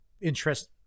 interest